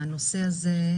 הנושא הזה,